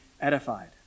edified